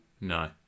No